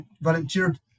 volunteered